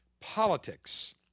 politics